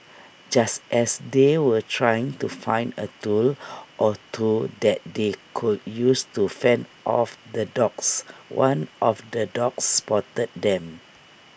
just as they were trying to find A tool or two that they could use to fend off the dogs one of the dogs spotted them